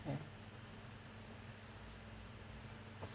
~ay